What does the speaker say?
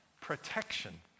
protection